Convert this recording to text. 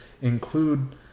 include